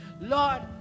Lord